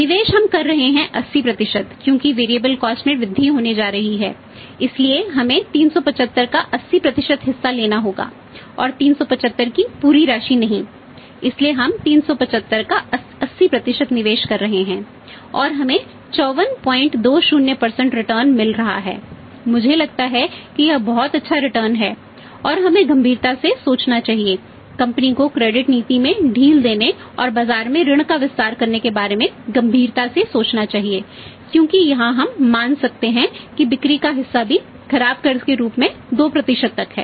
निवेश हम कर रहे हैं 80 क्योंकि वेरिएबल कॉस्ट नीति में ढील देने और बाजार में ऋण का विस्तार करने के बारे में गंभीरता से सोचना चाहिए क्योंकि यहां हम मान सकते हैं कि बिक्री का हिस्सा भी खराब कर्ज के रूप में 2 तक है